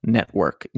Network